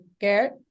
Garrett